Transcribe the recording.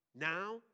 now